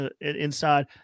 inside